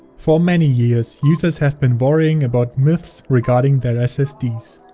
for many years, users have been worrying about myths regarding their ssds.